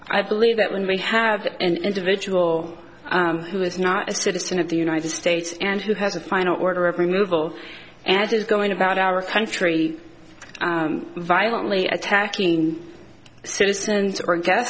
i believe that when we have an individual who is not a citizen of the united states and who has a final order every novel and is going about our country violently attacking citizens or g